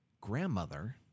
grandmother